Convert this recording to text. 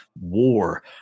war